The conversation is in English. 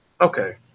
Okay